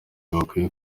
bakwiye